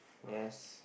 yes